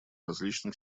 различных